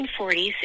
1940s